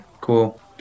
cool